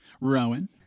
Rowan